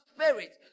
spirit